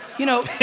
you know,